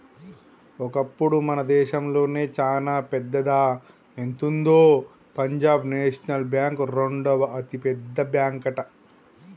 ఒకప్పుడు మన దేశంలోనే చానా పెద్దదా ఎంతుందో పంజాబ్ నేషనల్ బ్యాంక్ రెండవ అతిపెద్ద బ్యాంకట